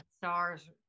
stars